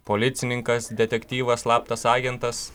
policininkas detektyvas slaptas agentas